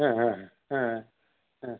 हां हां हां हां हां